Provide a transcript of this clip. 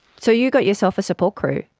so you got yourself a support group.